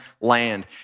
land